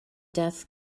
desk